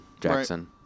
Jackson